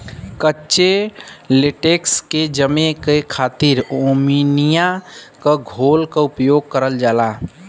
कच्चे लेटेक्स के जमे क खातिर अमोनिया क घोल क उपयोग करल जाला